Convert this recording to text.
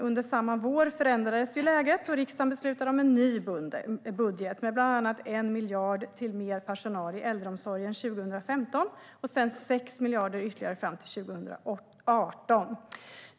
Under samma vår förändrades dock läget, och riksdagen beslutade om en ny budget med bland annat 1 miljard till mer personal i äldreomsorgen 2015 och sedan 6 miljarder ytterligare fram till 2018.